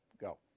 go